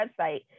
website